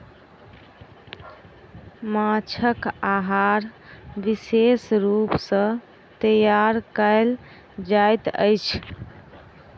माँछक आहार विशेष रूप सॅ तैयार कयल जाइत अछि